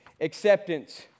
acceptance